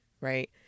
right